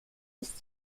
ist